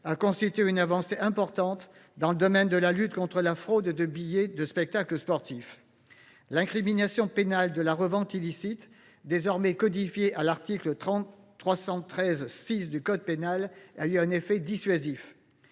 a constitué une avancée importante dans le domaine de la lutte contre la fraude aux billets de spectacles et d’événements sportifs. L’incrimination pénale de la revente illicite, désormais codifiée à l’article 313 6 2 du code pénal, a eu un effet dissuasif.